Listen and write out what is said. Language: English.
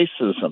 racism